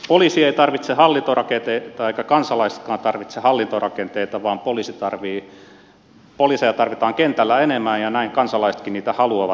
poliisi ei tarvitse hallintorakenteita eivätkä kansalaisetkaan tarvitse hallintorakenteita vaan poliiseja tarvitaan kentällä enemmän ja näin kansalaisetkin niitä haluavat